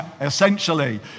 essentially